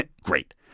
great